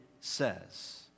says